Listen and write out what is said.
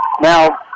Now